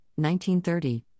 1930